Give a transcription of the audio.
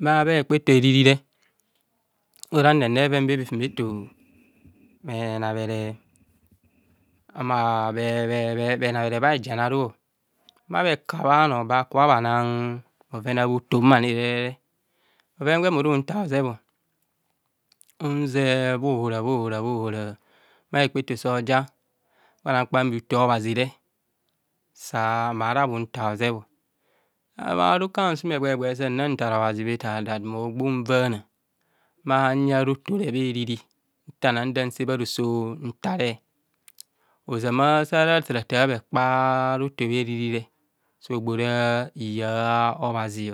bha hekpa eto eririri orare bheven be bhefumeto bhenabhere ama bhe bhe bhenabhere bhahijanira bha bhekabhe ano baka bhana bheven abhutormanire bhoven gwe bhuru huntar hozep unzer bhohora bhohora bhohora bha hekpaeto so ja kpana kpan bhuto obhazi mahura bhuntar hozebho rukor asum egba egba sana tar obhazi bhero da mobga unvana bha huyah rotore bha eriri ntana se bha roso ntare ozama sara tarata bhe a rotor bheririre sogbora hiya obhazi